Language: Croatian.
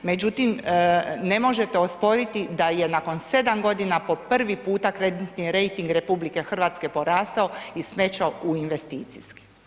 Međutim, ne možete osporiti da je nakon 7 godina po prvi puta kreditni rejting RH porastao iz smeća u investicijski.